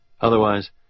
Otherwise